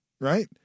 right